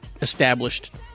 established